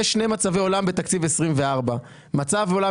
יש שני מצבי עולם בתקציב 24'. מצב עולם